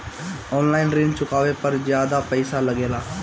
आन line ऋण चुकावे पर ज्यादा पईसा लगेला?